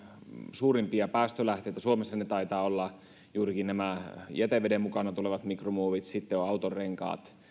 suurimpia päästölähteitä suomessa ne taitavat olla juurikin nämä jäteveden mukana tulevat mikromuovit sitten on autonrenkaat